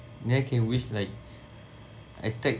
there can wish like I take